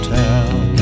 town